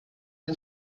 den